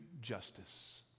justice